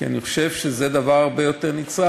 כי אני חושב שזה דבר הרבה יותר נצרך.